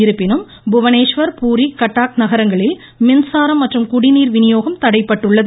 இருப்பினும் புவனேஸ்வர் பூரி கட்டக் நகரங்களில் மின்சாரம் மற்றும் குடிநீர் விநியோகம் தடைபட்டுள்ளது